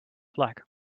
flag